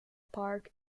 park